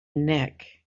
nick